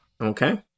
Okay